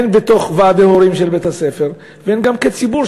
הן בתוך ועדי ההורים של בית-הספר והן כציבור,